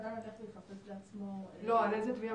אני מנסה להבין על איזה תביעה